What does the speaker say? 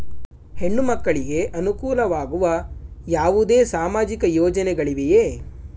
ಹೆಣ್ಣು ಮಕ್ಕಳಿಗೆ ಅನುಕೂಲವಾಗುವ ಯಾವುದೇ ಸಾಮಾಜಿಕ ಯೋಜನೆಗಳಿವೆಯೇ?